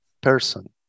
person